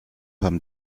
haben